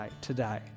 today